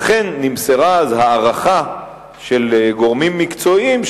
לכן נמסרה אז הערכה של גורמים מקצועיים,